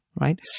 right